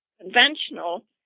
conventional